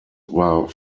war